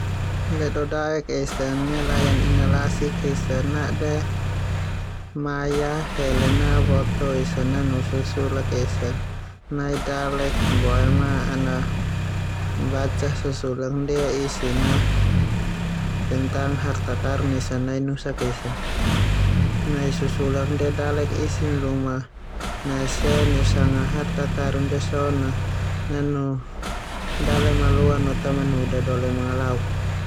Ledodaek esa nelayan ina lasik esa nade maya hele na boto esa nanu susulak esa nain dalek boema an baca susulak ndia isin na tentang harta karun esa nai nusak esa. Nai susulak ndia dalek isin luma nae se neusanga harta karun ndia so na nanu dale maloa no ta manu dadole mangalauk.